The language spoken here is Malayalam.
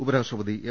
ഉപരാഷ്ട്രപതി എം